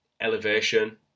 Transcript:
elevation